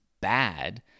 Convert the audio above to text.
bad